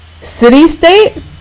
City-state